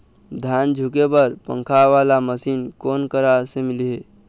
धान धुके बर पंखा वाला मशीन कोन करा से मिलही?